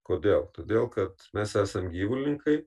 kodėl todėl kad mes esam gyvulininkai